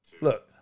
Look